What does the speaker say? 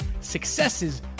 successes